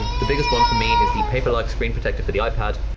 the biggest one for me is the paperlike screen protector for the ipad,